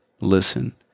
listen